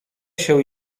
się